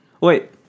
wait